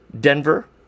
Denver